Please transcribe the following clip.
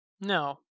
No